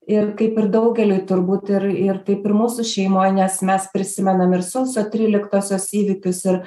ir kaip ir daugeliui turbūt ir ir taip ir mūsų šeimoj nes mes prisimenam ir sausio tryliktosios įvykius ir